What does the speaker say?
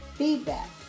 feedback